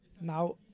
Now